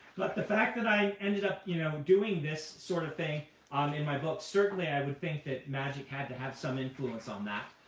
but the fact that i ended up you know doing this sort of thing in my books, certainly i would think that magic had to have some influence on that.